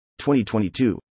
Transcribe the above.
2022